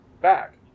back